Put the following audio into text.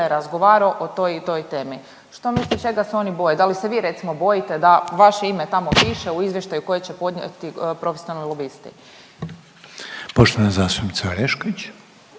razgovarao o toj i toj temi. Što mislite čega se oni boje? Da li se vi recimo bojite da vaše ime tamo piše u izvještaju koje će podnijeti profesionalni lobisti? **Reiner,